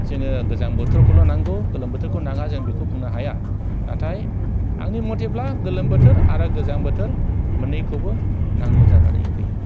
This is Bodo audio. जोङो गोजां बोथोरखौल' नांगौ गोलोम बोथोरखौ नाङा जों बेखौ बुंनो हाया नाथाय आंनि मथेब्ला गोलोम बोथोर आरो गोजां बोथोर मोननैखौबो नांगौ जानानै फैयो